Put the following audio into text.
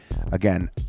again